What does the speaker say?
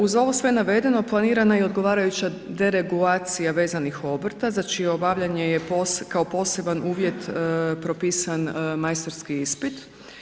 Uz ovo sve navedeno, planirana je i odgovarajuća deregulacija vezanih obrta za čije obavljanje je kao poseban uvjet propisan majstorski ispit.